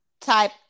type